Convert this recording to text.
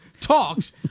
talks